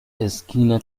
esquina